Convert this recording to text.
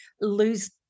lose